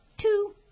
two